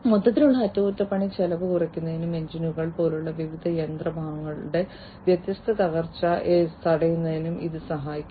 മൊത്തത്തിലുള്ള അറ്റകുറ്റപ്പണി ചെലവ് കുറയ്ക്കുന്നതിനും എഞ്ചിനുകൾ പോലുള്ള വിവിധ യന്ത്രഭാഗങ്ങളുടെ വ്യത്യസ്ത തകർച്ച തടയുന്നതിനും ഇത് സഹായിക്കും